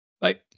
Bye